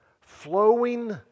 flowing